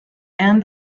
and